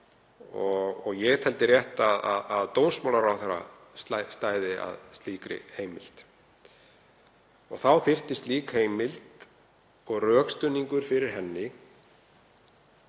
Ég teldi rétt að dómsmálaráðherra stæði að slíkri heimild. Þá þyrfti slík heimild og rökstuðningur fyrir henni